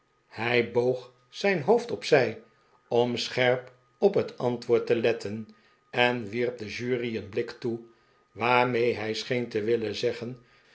hij boog zijn hoofd op zij om scherp op het antwoord te letten en wierp de jury een blik toe waarmee hij scheen te willen zeggen